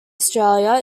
australia